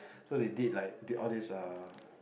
so they did like did all these uh